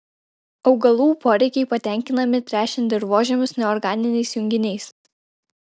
augalų poreikiai patenkinami tręšiant dirvožemius neorganiniais junginiais